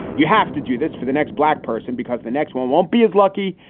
you have to do this for the next black person because the next one won't be as lucky.